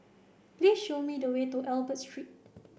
please show me the way to Albert Street